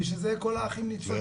ובשביל זה כל האחים נדפקים.